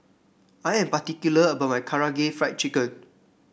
I am particular about my Karaage Fried Chicken